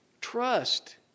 Trust